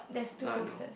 now I know